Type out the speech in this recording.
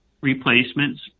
replacements